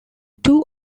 two